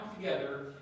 together